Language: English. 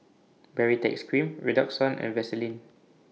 Baritex Cream Redoxon and Vaselin